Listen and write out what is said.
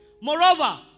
Moreover